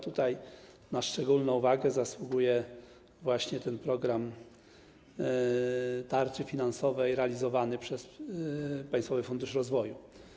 Tutaj na szczególną uwagę zasługuje właśnie ten program tarczy finansowej realizowany przez Państwowy Fundusz Rozwoju.